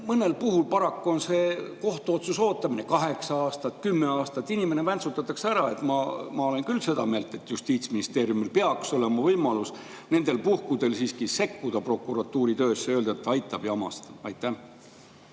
Mõnel puhul paraku [kestab] kohtuotsuse ootamine kaheksa aastat, kümme aastat, inimene väntsutatakse ära. Ma olen küll seda meelt, et Justiitsministeeriumil peaks olema võimalus nendel puhkudel siiski sekkuda prokuratuuri töösse ja öelda, et aitab jamast. Aitäh,